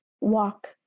walk